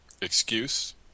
Excuse